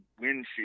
windshield